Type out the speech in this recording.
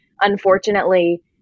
unfortunately